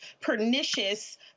pernicious